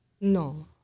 No